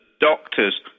doctors